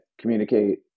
communicate